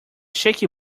shaky